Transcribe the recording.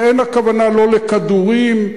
ואין הכוונה לא לכדורים,